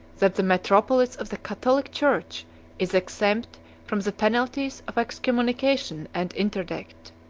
that the metropolis of the catholic church is exempt from the penalties of excommunication and interdict.